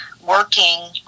working